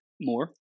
more